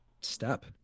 step